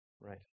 right